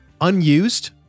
unused